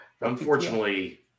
Unfortunately